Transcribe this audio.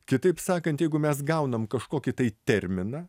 kitaip sakant jeigu mes gaunam kažkokį tai terminą